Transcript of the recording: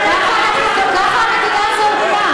ככה המדינה הזאת הוקמה.